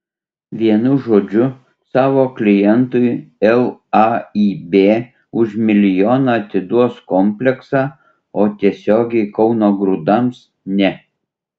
vienu žodžiu savo klientui laib už milijoną atiduos kompleksą o tiesiogiai kauno grūdams ne